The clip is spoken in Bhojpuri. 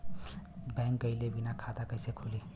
बैंक गइले बिना खाता कईसे खुली?